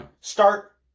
Start